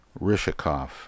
Rishikoff